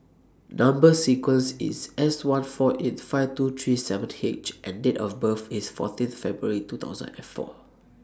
Number sequence IS S one four eight five two three seven H and Date of birth IS fourteen February two thousand and four